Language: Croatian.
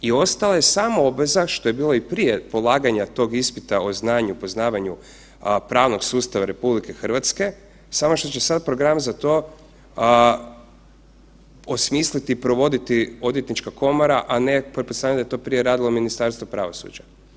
I ostala je samo obveza, što je bilo i prije polaganja tog ispita o znanju i poznavanju pravnog sustava RH, samo što će sad program za to osmisliti i provoditi Odvjetnička komora, a ne, pretpostavljam da je to prije radilo Ministarstvo pravosuđa.